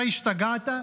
אתה השתגעת?